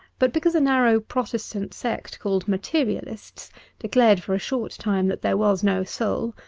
but because a narrow protestant sect called materialists declared for a short time that there was no soul,